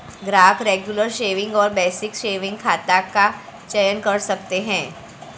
ग्राहक regular saving और basic saving खाता का चयन कर सकते है